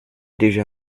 déjà